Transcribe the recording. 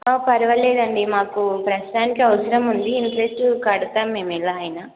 పర్వాలేదండి మాకు ప్రస్తుతానికి అవసరం ఉంది ఇంట్రెస్ట్ కడతాము మేము ఎలా అయినా